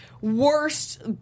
worst